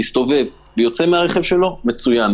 מסתובב ויוצא מהרכב שלו מצוין,